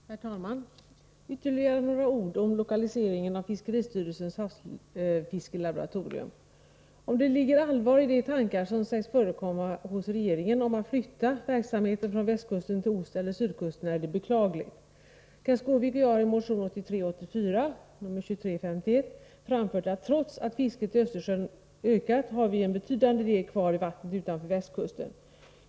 Herr talman! Ytterligare några ord om lokaliseringen av fiskeristyrelsens havsfiskelaboratorium: Om det ligger allvar i de tankar som sägs förekomma hos regeringen om att flytta verksamheten från västkusten till osteller sydkusten, är det beklagligt. Kenth Skårvik och jag har i motion 1983/84:2351 framfört att vi trots att fisket i Östersjön ökat har en betydande del kvar i vattnen utanför västkusten.